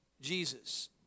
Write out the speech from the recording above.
Jesus